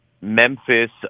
Memphis